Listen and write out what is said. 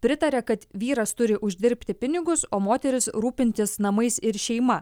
pritaria kad vyras turi uždirbti pinigus o moteris rūpintis namais ir šeima